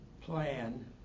plan